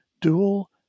dual